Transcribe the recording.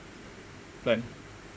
plan